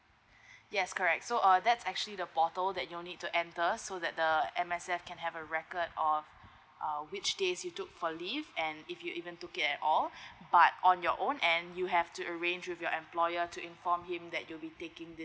yes correct so uh that's actually the portal that you need to enter so that the M_S_F can have a record of uh which days you took for leave and if you even took it at all but on your own and you have to arrange with your employer to inform him that you'll be taking this